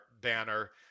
banner